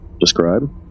Describe